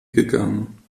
gegangen